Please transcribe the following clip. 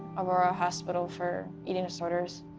aurora hospital for eating disorders,